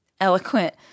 eloquent